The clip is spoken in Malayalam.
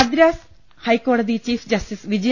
മദ്രാസ് ഹൈക്കോടതി ചീഫ് ജസ്റ്റിസ് വിജയ